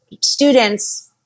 students